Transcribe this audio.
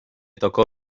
tocó